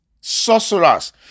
Sorcerers